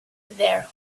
their